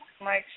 Mike